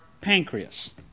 pancreas